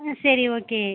சரி ஓகே